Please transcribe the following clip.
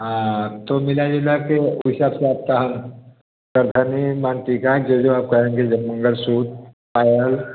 हाँ तो मिला जुलाकर वही सबसे आपका हम कर्दनी माँगटीका जो जो आप कहेंगे जब मंगलसूत्र पायल